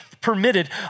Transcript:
permitted